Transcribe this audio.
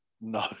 No